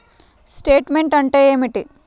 Statement అంటే ఏమిటి?